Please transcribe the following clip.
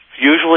usually